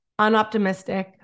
unoptimistic